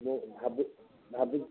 ମୁଁ ଭାବୁ ଭାବୁଛି